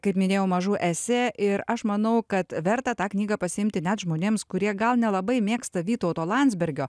kaip minėjau mažų esė ir aš manau kad verta tą knygą pasiimti net žmonėms kurie gal nelabai mėgsta vytauto landsbergio